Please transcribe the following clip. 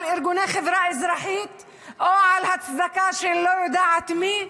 ארגוני חברה אזרחית או על צדקה של לא יודעת מי,